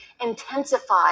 intensify